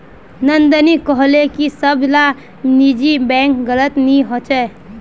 नंदिनी कोहले की सब ला निजी बैंक गलत नि होछे